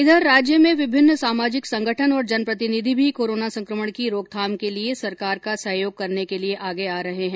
इधर राज्य में विभिन्न सामाजिक संगठन और जनप्रतिनिधि भी कोरोना संकमण की रोकथाम के लिए सरकार का सहयोग करने के लिए आगे आ रहे है